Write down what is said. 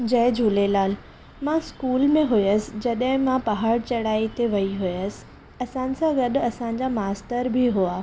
जय झूलेलाल मां स्कूल में हुयसि जॾहिं मां पहाड़ चढ़ाई ते वेई हुयसि असां सां गॾु असांजा मास्तर बि हुआ